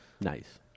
Nice